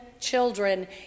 children